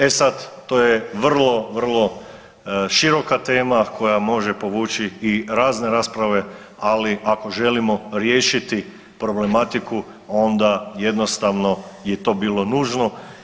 E sad, to je vrlo, vrlo široka tema koja može povući i razne rasprave, ali ako želimo riješiti problematiku onda jednostavno to je bilo nužno.